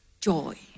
joy